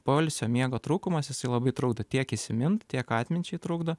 poilsio miego trūkumas jis labai trukdo tiek įsimint tiek atminčiai trukdo